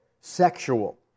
sexual